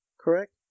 correct